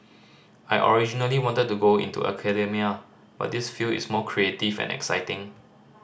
I originally wanted to go into academia but this field is more creative and exciting